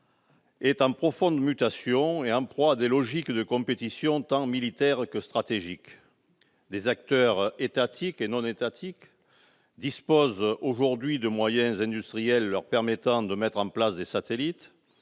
est en profonde mutation et en proie à des logiques de compétition tant militaire que stratégique. Des acteurs étatiques et non étatiques disposent aujourd'hui de moyens industriels leur permettant de mettre en place des satellites.